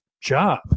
job